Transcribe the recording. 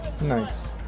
Nice